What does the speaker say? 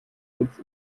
kitts